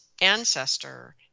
ancestor